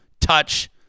touch